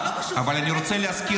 זה לא פשוט --- אבל אני רוצה להזכיר